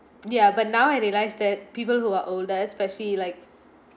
ya but now I realize that people who are older especially like